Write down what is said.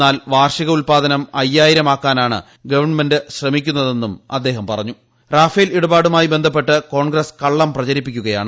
എന്നാൽ വാർഷിക ഉൽപാദനം അയ്യായിരം ൃത്ത്ക്കാനാണ് ഗവൺമെന്റ് ശ്രമിക്കുന്നതെന്നും അദ്ദേഹം പറഞ്ഞു് റാഫേൽ ഇടപാടുമായി ബിഡ്ഡപ്പെട്ട് കോൺഗ്രസ് കള്ളം പ്രചരിപ്പിക്കുകയാണ്